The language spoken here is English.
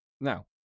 Now